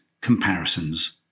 comparisons